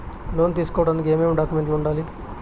లోను తీసుకోడానికి ఏమేమి డాక్యుమెంట్లు ఉండాలి